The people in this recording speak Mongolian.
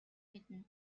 мэднэ